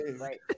right